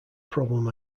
problem